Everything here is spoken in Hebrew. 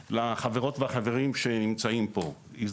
מרעי ולכל החברות והחברים שנמצאים איתנו פה היום.